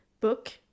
book